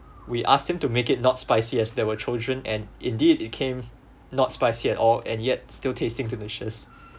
we asked him to make it not spicy as there were children and indeed it came not spicy at all and yet still tasting delicious